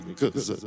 cause